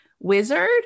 wizard